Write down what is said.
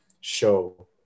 show